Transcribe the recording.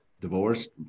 divorced